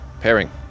pairing